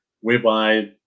whereby